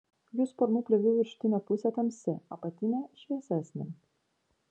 jų sparnų plėvių viršutinė pusė tamsi apatinė šviesesnė